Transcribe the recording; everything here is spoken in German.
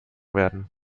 werden